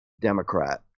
Democrat